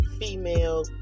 female